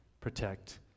protect